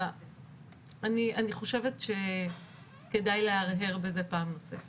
אני חושבת שכדאי להרהר בזה פעם נוספת.